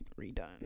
redone